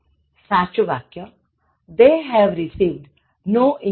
સાચું વાક્ય They have received no information